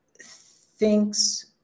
thinks